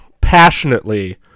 passionately